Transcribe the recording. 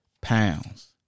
pounds